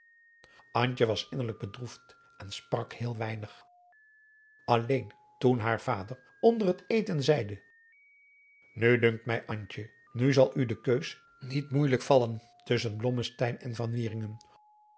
was innerlijk bedroefd en sprak heel weinig alleen toen haar vader onder het eten zeide nu dunkt mij antje nu zal u de keus niet moeijelijk vallen tusschen blommesteyn en